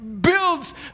builds